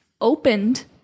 opened